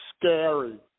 scary